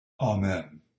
Amen